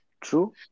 True